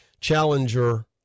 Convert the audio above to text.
Challenger